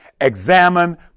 examine